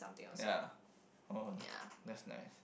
ya uh that's nice